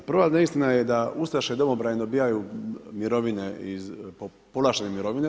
Prva neistina je da ustaše i domobrani dobijaju mirovine iz, povlaštene mirovine.